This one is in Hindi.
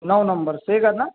नौ नंबर सेगा न